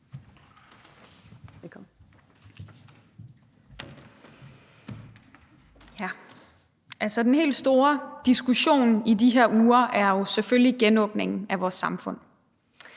Den helt store diskussion i de her uger er jo selvfølgelig om genåbningen af vores samfund,